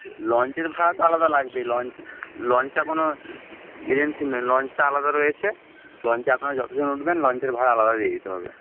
লঞ্চের ভাড়া তো আলাদা লাগবেই লঞ্চ লঞ্চটা কোনো এজেন্সি নয় লঞ্চটা আলাদা রয়েছে লঞ্চে আপনারা যতজন উঠবেন লঞ্চের ভাড়া আলাদা দিয়ে দিতে হবে